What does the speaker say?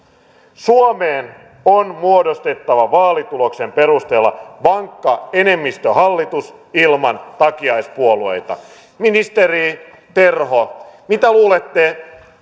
suomeen on muodostettava vaalituloksen perusteella vankka enemmistöhallitus ilman takiaispuolueita ministeri terho mitä luulette